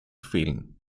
fehlen